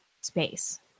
space